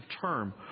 term